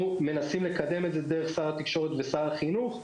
מנסים לקדם את זה דרך שר התקשורת ושר החינוך,